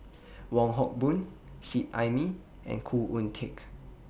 Wong Hock Boon Seet Ai Mee and Khoo Oon Teik